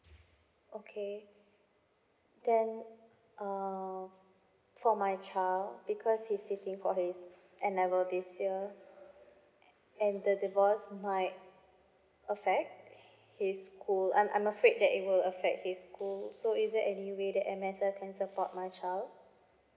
okay then uh for my child uh because he's sitting for his n level this year and the divorce might affect his school I'm I'm afraid that it will affect his school so is there way that M_S_F can support my child